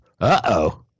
Uh-oh